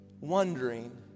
wondering